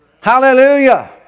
Hallelujah